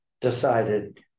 decided